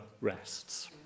rests